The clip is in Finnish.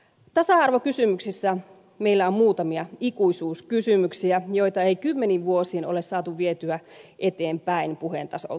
tasa arvossa meillä on muutamia ikuisuuskysymyksiä joita ei kymmeniin vuosiin ole saatu vietyä eteenpäin puheen tasolta